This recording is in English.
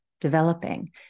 developing